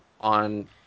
on